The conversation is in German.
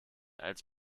als